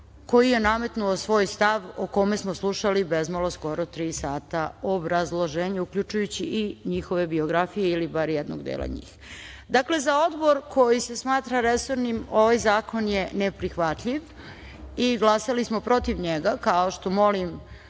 koji je nametnuo svoj stav o kome smo slušali bezmalo skoro tri sata obrazloženje, uključujući i njihove biografije ili bar jednog dela njih. Dakle, za odbor koji se smatra resornim, ovaj zakon je neprihvatljiv i glasali smo protiv njega, kao što molim